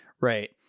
Right